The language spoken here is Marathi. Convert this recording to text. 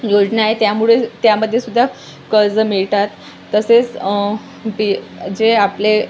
योजना आहे त्यामुळे त्यामध्येसुद्धा कर्ज मिळतात तसेच बी जे आपले